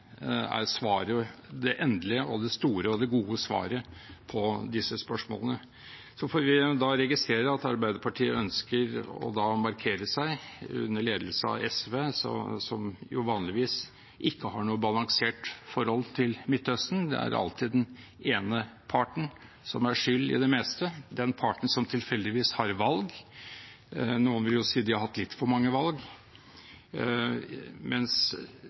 er det endelige, store og gode svaret på disse spørsmålene. Så får vi registrere at Arbeiderpartiet ønsker å markere seg under ledelse av SV, som jo vanligvis ikke har noe balansert forhold til Midtøsten – det er alltid den ene parten som er skyld i det meste. Det er den parten som tilfeldigvis har valg – noen vil si de har litt for mange valg – mens